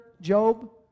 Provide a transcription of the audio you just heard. Job